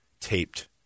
taped